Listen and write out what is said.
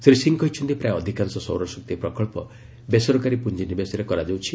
ଶ୍ରୀ ସିଂହ କହିଛନ୍ତି ପ୍ରାୟ ଅଧିକାଂଶ ସୌରଶକ୍ତି ପ୍ରକଳ୍ପ ବେସରକାରୀ ପୁଞ୍ଜିନିବେଶରେ କରାଯାଉଛି